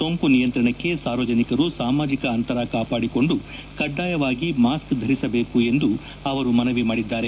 ಸೋಂಕು ನಿಯಂತ್ರಣಕ್ಕೆ ಸಾರ್ವಜನಿಕರು ಸಾಮಾಜಿಕ ಅಂತರ ಕಾಪಾಡಿಕೊಂಡು ಕಡ್ಡಾಯವಾಗಿ ಮಾಸ್ಕ್ ಧರಿಸಬೇಕು ಎಂದು ಅವರು ಮನವಿ ಮಾಡಿದ್ದಾರೆ